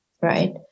right